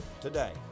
today